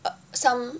but some